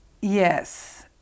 Yes